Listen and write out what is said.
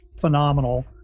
phenomenal